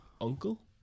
uncle